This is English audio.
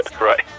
Right